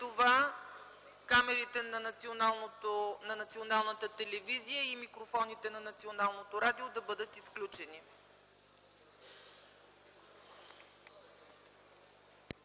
Моля камерите на Националната телевизия и микрофоните на Националното радио да бъдат изключени.